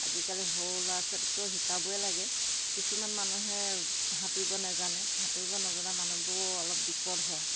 আজিকালি সৰু ল'ৰা ছোৱালীকতো শিকাবই লাগে কিছুমান মানুহে সাঁতুৰিব নেজানে সাঁতুৰিব নজনা মানুহবোৰও অলপ বিপদ হয়